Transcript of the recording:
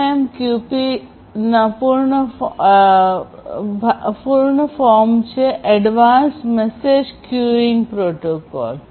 AMQP પૂર્ણ form advanced message queuing protocol છે